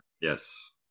Yes